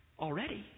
already